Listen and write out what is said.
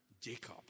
Jacob